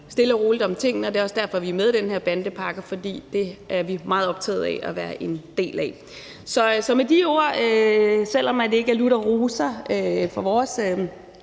stille og roligt om tingene. Det er også derfor, vi er med i den her bandepakke, for det er vi meget optaget af at være en del af. Så med de ord, selv om det ikke er lutter roser set